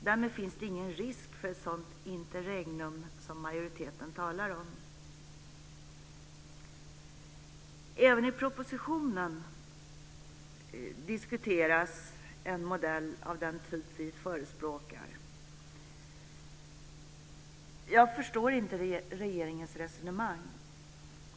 Därmed finns det ingen risk för ett sådant interregnum som majoriteten talar om. Även i propositionen diskuteras en modell av den typ vi förespråkar. Jag förstår inte regeringens resonemang.